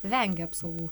vengia apsaugų